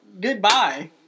goodbye